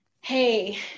hey